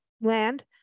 land